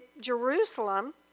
Jerusalem